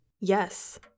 Yes